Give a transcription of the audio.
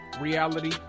Reality